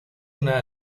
una